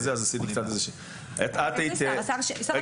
אז עשיתי קצת --- שר המשפטים?